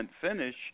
finish